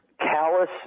callous